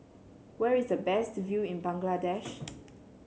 where is the best view in Bangladesh